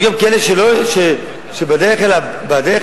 יש גם כאלה שבדרך אל הבנק,